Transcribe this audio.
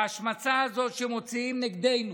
וההשמצה הזו שמוציאים נגדנו,